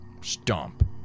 stomp